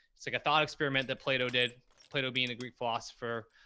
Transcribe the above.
it's like a thought experiment that plato did plato being a greek philosopher,